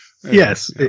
Yes